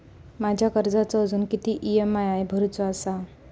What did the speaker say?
माझ्या कर्जाचो अजून किती ई.एम.आय भरूचो असा?